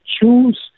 choose